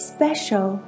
Special